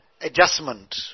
adjustment